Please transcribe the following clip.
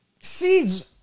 seeds